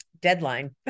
deadline